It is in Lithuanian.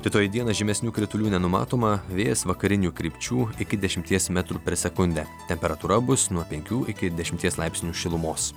rytoj dieną žymesnių kritulių nenumatoma vėjas vakarinių krypčių iki dešimties metrų per sekundę temperatūra bus nuo penkių iki dešimties laipsnių šilumos